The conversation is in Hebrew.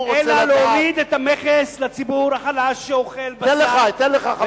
אלא להוריד את המכס לציבור החלש שאוכל בשר ודגים,